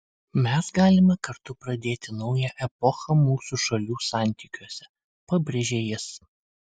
mes galime kartu pradėti naują epochą mūsų šalių santykiuose pabrėžė jis